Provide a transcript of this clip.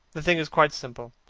the thing is quite simple.